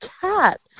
cat